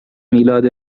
میلاد